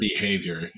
behavior